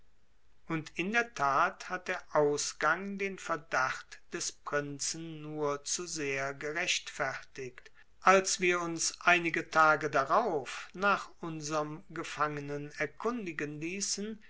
und in der tat hat der ausgang den verdacht des prinzen nur zu sehr gerechtfertigt als wir uns einige tage darauf nach unserm gefangenen erkundigen ließen